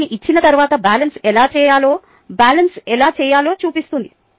వాటిని ఇచ్చిన తరువాత బ్యాలెన్స్ ఎలా చేయాలో బ్యాలెన్స్ ఎలా చేయాలో చూపిస్తుంది